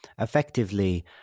effectively